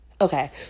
Okay